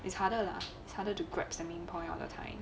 it's harder lah it's harder to grabs the main point of the time